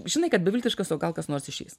žinai kad beviltiškas o gal kas nors išeis